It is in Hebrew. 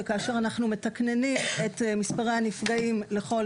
שכאשר אנחנו מתכננים את מספר הנפגעים לכל